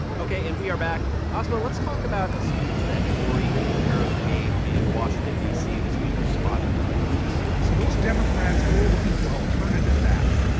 ok. and we are back. asma, let's talk about a speech that cory booker gave in washington, d c, this week responding to all of this so those democrats who are looking for an alternative now,